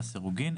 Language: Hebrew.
לסירוגין,